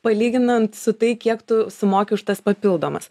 palyginant su tai kiek tu sumoki už tas papildomas